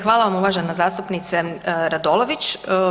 Hvala vam uvažena zastupnice Radolović.